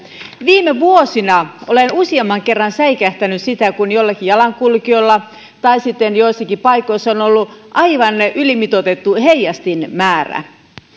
viime vuosina olen useamman kerran säikähtänyt sitä kun joillakin jalankulkijoilla tai sitten joissakin paikoissa on ollut aivan ylimitoitettu heijastinmäärä